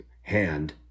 hand